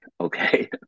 Okay